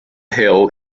hill